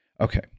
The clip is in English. Okay